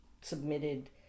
submitted